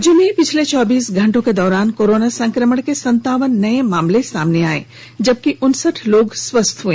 राज्य में पिछले चौबीस घंटे के दौरान कोरोना संक्रमण के संतावन नए मामले सामने आए जबकि उनसठ लोग स्वस्थ हए